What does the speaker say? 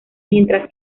mientras